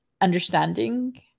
understanding